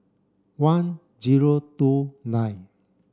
one zero two nine